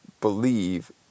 believe